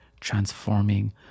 transforming